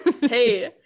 Hey